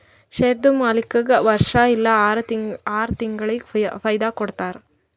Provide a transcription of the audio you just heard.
ಶೇರ್ದು ಮಾಲೀಕ್ಗಾ ವರ್ಷಾ ಇಲ್ಲಾ ಆರ ತಿಂಗುಳಿಗ ಫೈದಾ ಕೊಡ್ತಾರ್